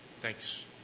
thanks